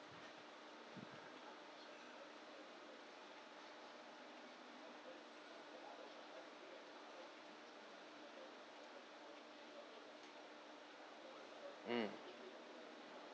mm